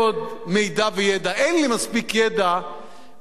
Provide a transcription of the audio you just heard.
אין לי מספיק ידע בשביל להמליץ למישהו